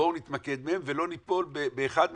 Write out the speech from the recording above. בואו נתמקד בהם ולא ניפול באחד מהם.